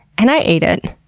and i ate it.